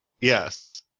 Yes